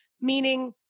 Meaning